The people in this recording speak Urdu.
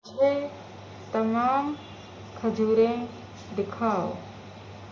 مجھے تمام کھجوریں دکھاؤ